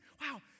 wow